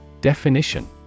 Definition